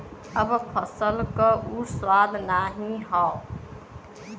अब फसल क उ स्वाद नाही हौ